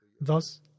Thus